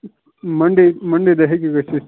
Monday Monday دۄہ ہٮ۪کہِ گٔژھِتھ